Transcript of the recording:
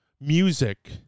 music